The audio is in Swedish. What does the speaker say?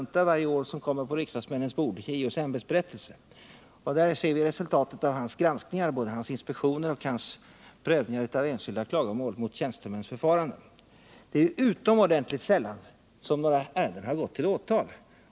Det är en diger lunta som kommer på riksdagsmännens bord. I denna ser vi resultatet av hans granskningar, både av hans inspektioner och av hans prövning av enskilda klagomål mot tjänstemäns förfarande. Det är utomordentligt sällan som några ärenden har gått till åtal.